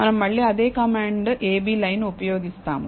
మనం మళ్ళీ అదే కమాండ్ ab లైన్ ఉపయోగిస్తాము